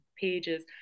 pages